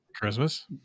Christmas